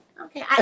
okay